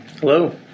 Hello